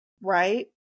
Right